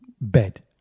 bed